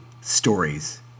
Stories